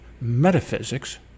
metaphysics